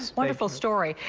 ah wonderful story.